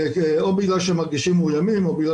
או בגלל שהם מרגישים מאוימים או בגלל